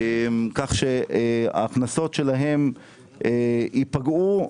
כך שההכנסות שלהן ייפגעו.